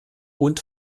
und